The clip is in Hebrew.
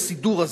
הסידור הזה.